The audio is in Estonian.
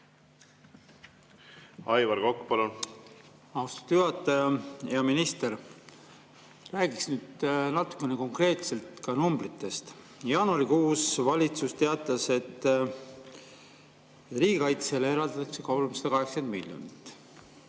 Aivar Kokk, palun! Austatud juhataja! Hea minister! Räägiks nüüd konkreetselt ka numbritest. Jaanuarikuus valitsus teatas, et riigikaitsele eraldatakse 380 miljonit.